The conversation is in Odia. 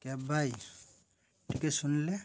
କ୍ୟାବ୍ ଭାଇ ଟିକେ ଶୁଣିଲେ